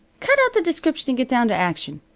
cut out the description and get down to action,